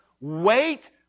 wait